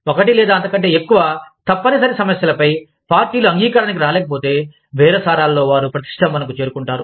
ఒకటి లేదా అంతకంటే ఎక్కువ తప్పనిసరి సమస్యలపై పార్టీలు అంగీకారానికి రాలేకపోతే బేరసారాలలో వారు ప్రతిష్టంభనకు చేరుకుంటారు